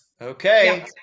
Okay